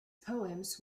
poems